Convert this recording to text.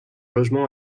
logement